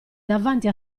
davanti